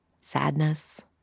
sadness